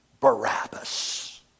Barabbas